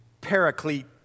paraclete